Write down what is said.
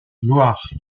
gloire